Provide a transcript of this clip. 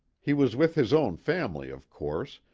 he was with his own family, of course,